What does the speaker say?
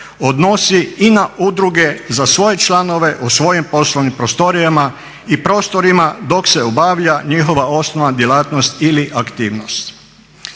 odnosi i na udruge za svoje članove u svojim poslovnim prostorijama i prostorima dok se obavlja njihova osnovna djelatnost ili aktivnost.